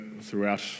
throughout